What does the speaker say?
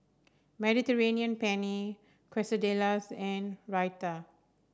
Mediterranean Penne Quesadillas and Raita